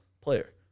player